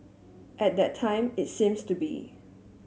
at that time it seems to be